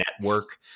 network